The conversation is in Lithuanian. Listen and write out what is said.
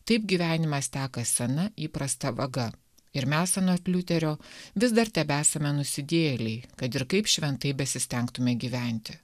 taip gyvenimas teka sena įprasta vaga ir mes anot liuterio vis dar tebesame nusidėjėliai kad ir kaip šventai besistengtumėme gyventi